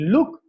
Look